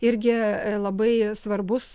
irgi labai svarbus